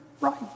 right